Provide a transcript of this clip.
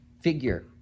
figure